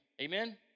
Amen